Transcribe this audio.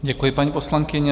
Děkuji, paní poslankyně.